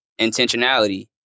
intentionality